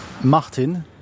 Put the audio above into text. Martin